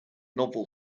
novel